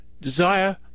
desire